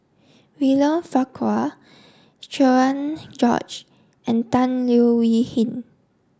William Farquhar Cherian George and Tan Leo Wee Hin